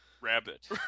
Rabbit